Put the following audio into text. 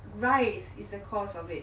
rice is the cause of it